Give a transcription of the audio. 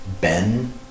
ben